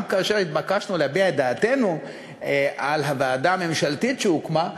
גם כאשר התבקשנו להביע את דעתנו על הוועדה הממשלתית שהוקמה,